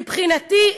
מבחינתי,